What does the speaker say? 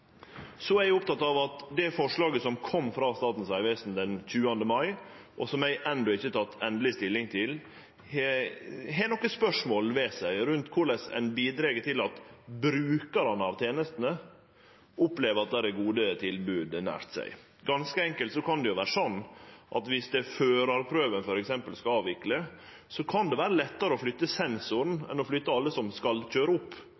Så er eg oppteken av at det forslaget som kom frå Statens vegvesen den 20. mai, og som eg enno ikkje har teke endeleg stilling til, har nokre spørsmål ved seg rundt korleis ein bidreg til at brukarane av tenestene opplever at det er gode tilbod nær dei. Det kan ganske enkelt vere slik at viss ein skal avvikle førarprøva, f.eks., kan det vere lettare å flytte sensor enn å flytte alle som skal køyre opp.